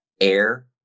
air